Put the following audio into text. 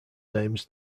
names